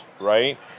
right